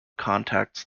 contacts